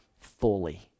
fully